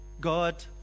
God